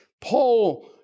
Paul